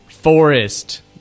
Forest